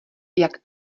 jak